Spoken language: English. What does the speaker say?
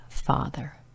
Father